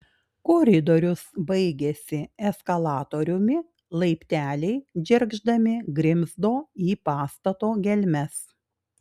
koridorius baigėsi eskalatoriumi laipteliai džergždami grimzdo į pastato gelmes